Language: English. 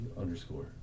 underscore